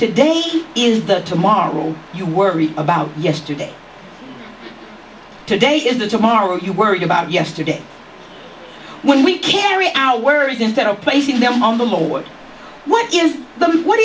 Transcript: today is that to morrow you worry about yesterday today is the tomorrow you worried about yesterday when we carry our words instead of placing them on the word what is the what